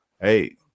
hey